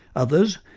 others,